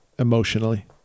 Emotionally